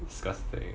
disgusting